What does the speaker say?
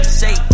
say